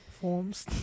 forms